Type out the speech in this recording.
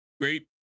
great